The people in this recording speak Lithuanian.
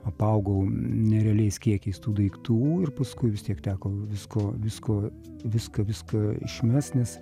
apaugau nerealiais kiekiais tų daiktų ir paskui vis tiek teko visko visko viską viską išmest nes